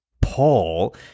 Paul